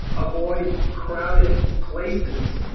avoid crowded places,